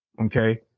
Okay